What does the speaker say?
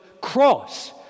cross